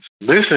Listen